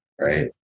right